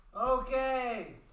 Okay